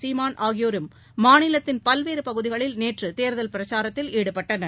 சீமான் ஆகியோரும் மாநிலத்தின் பல்வேறு பகுதிகளில் நேற்று தேர்தல் பிரச்சாரத்தில் ஈடுபட்டனர்